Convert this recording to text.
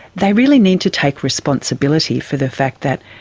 they really need to take responsibility for the fact that